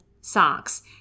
socks